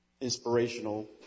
inspirational